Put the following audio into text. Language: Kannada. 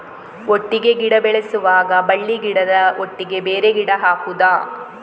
ಒಟ್ಟಿಗೆ ಗಿಡ ಬೆಳೆಸುವಾಗ ಬಳ್ಳಿ ಗಿಡದ ಒಟ್ಟಿಗೆ ಬೇರೆ ಗಿಡ ಹಾಕುದ?